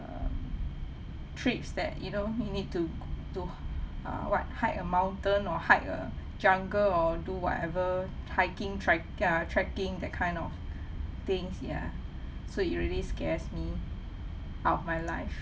trips that you know you need to to uh what hike a mountain or hike a jungle or do whatever hiking track~ uh tracking that kind of things ya so it really scares me out of my life